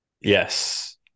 Yes